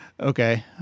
Okay